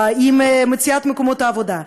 עם מציאת מקומות עבודה.